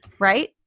Right